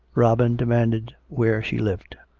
robin demanded where she lived.